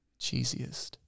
Cheesiest